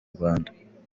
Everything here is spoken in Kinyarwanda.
rwanda